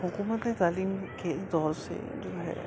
حکومت تعلیم کی اس دور سے جو ہے